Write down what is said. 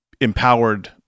empowered